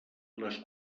les